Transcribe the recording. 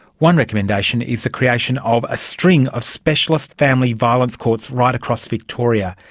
one recommendation is the creation of a string of specialist family violence courts right across victoria.